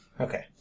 Okay